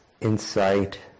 insight